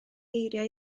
eiriau